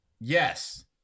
Yes